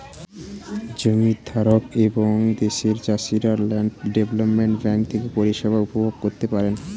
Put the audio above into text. জমির ধারক এবং দেশের চাষিরা ল্যান্ড ডেভেলপমেন্ট ব্যাঙ্ক থেকে পরিষেবা উপভোগ করতে পারেন